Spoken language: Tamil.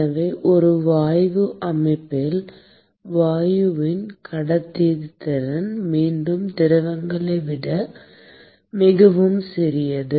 எனவே ஒரு வாயு அமைப்பில் வாயுவின் கடத்துத்திறன் மீண்டும் திரவங்களை விட மிகவும் சிறியது